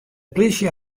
polysje